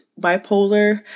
bipolar